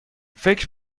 فکر